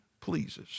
pleases